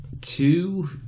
Two